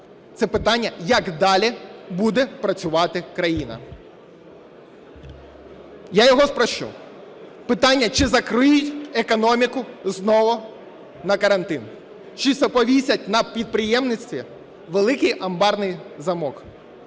це питання: як далі буде працювати країна? Я його спрощу. Питання: чи закриють економіку знову на карантин, чи повісять на підприємництві великий амбарний замок?